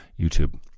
YouTube